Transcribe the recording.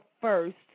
first